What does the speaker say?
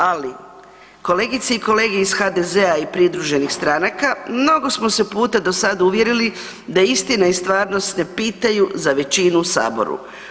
Ali kolegice i kolege iz HDZ-a i pridruženih stranaka mnogo smo se puta do sada uvjerili da istina i stvarnost ne pitaju za većinu u saboru.